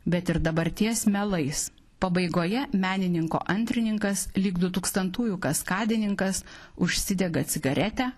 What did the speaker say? bet ir dabarties melais pabaigoje menininko antrininkas lyg dutūkstantųjų kaskadininkas užsidega cigaretę